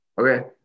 Okay